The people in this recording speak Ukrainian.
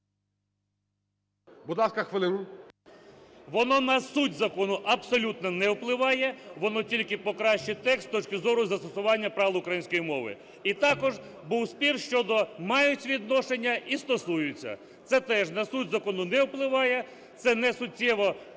Воно на суть закону абсолютно не впливає, воно тільки покращить текст з точки зору застосування правил української мови. І також був спір щодо "мають відношення" і "стосуються". Це теж на суть закону не впливає, це несуттєво